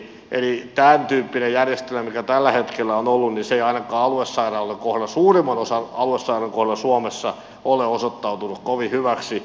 eli tämän tyyppinen järjestelmä mikä tällä hetkellä on ollut ei ainakaan suurimman osan aluesairaaloita kohdalla suomessa ole osoittautunut kovin hyväksi